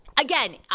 again